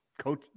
Coach